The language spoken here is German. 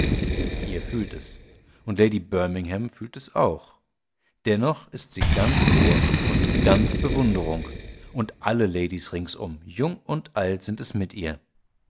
ihr fühlt es und lady birmingham fühlt es auch dennoch ist sie ganz ohr und ganz bewunderung und alle ladies ringsum jung und alt sind es mit ihr